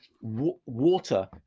water